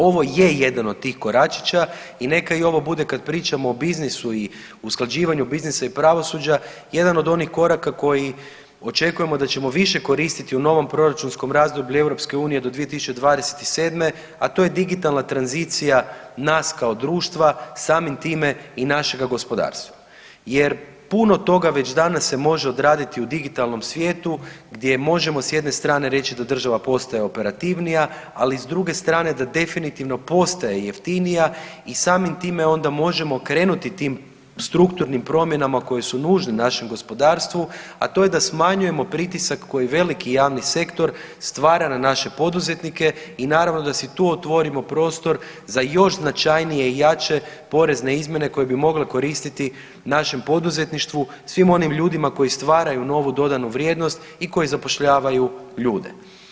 Ovo je jedan od tih koračića i neka i ovo bude kad pričamo o biznisu i usklađivanju biznisa i pravosuđa jedan od onih koraka koji očekujemo da ćemo više koristiti u novom proračunskom razdoblju EU do 2027., a to je digitalna tranzicija nas kao društva samim time i našega gospodarstva jer puno toga već danas se može odraditi u digitalnom svijetu gdje možemo s jedne strane reći da država postaje operativnija, ali i s druge strane da definitivno postaje jeftinija i samim time onda možemo krenuti tim strukturnim promjenama koje su nužne našem gospodarstvu, a to je da smanjujemo pritisak koji veliki javni sektor stvara na naše poduzetnike i naravno da si tu otvorimo prostor za još značajnije i jače porezne izmjene koje bi mogle koristiti našem poduzetništvu, svim onim ljudima koji stvaraju novu dodanu vrijednost i koji zapošljavaju ljude.